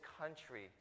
country